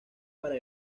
para